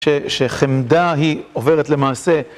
שחמדה היא עוברת למעשה